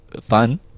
fun